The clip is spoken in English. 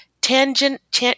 tangent